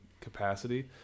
capacity